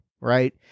right